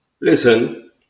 Listen